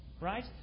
Right